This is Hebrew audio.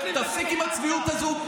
תפסיק עם הצביעות הזו,